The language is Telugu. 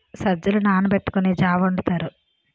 సజ్జలు నానబెట్టుకొని జా వొండుతారు